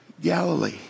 Galilee